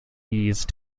ease